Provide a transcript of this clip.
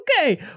Okay